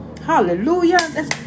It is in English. Hallelujah